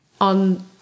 on